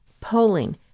polling